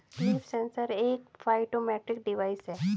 leaf sensor एक phytometric device है